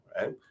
right